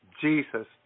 Jesus